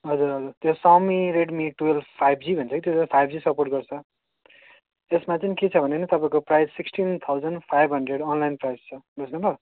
हजुर हजुर त्यो सँगै रेडमी ट्वेल्भ फाइभ जी भन्छ कि त्यो चाहिँ फाइभ जी सपोर्ट गर्छ त्यसमा चाहिँ के छ भने नि तपाईँको price sixteen thousand five hundred online price छ बुझ्नुभयो